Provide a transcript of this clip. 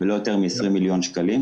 ולא יותר מ-20 מיליון שקלים.